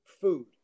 food